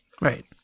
Right